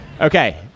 Okay